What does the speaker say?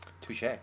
Touche